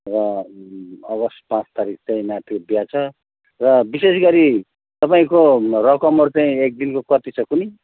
र अगस्ट पाँच तारिख चाहिँ नातिको बिहा छ र विशेष गरी तपाईँको रकमहरू चाहिँ एक दिनको कति छ कोनि